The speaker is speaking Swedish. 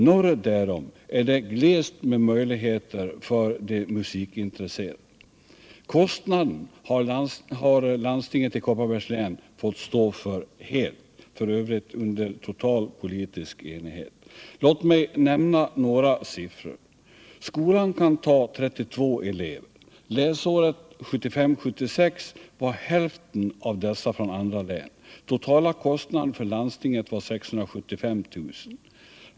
Norr därom är det glest med möjligheter för de musikintresserade. Kostnaden har landstinget i Kopparbergs län fått stå för helt, f. ö. under total politisk enighet. Låt mig nämna några siffror. Skolan tar 32 elever. Läsåret 1975/76 var hälften av dessa från andra län. Totala kostnaden för landstinget var 675 000 kr.